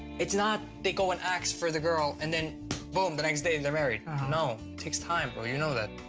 it's not they go and ask for the girl, and then boom, the next day and they're married. no, it takes time brother, you know that.